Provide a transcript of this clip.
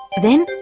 then,